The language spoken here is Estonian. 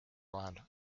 vahel